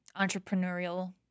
entrepreneurial